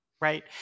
right